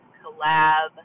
collab